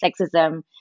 sexism